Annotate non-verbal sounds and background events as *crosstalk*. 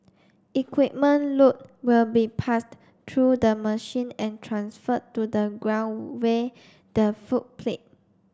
equipment load will be passed through the machine and transferred to the ground *unintelligible* the footplate